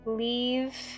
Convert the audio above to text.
leave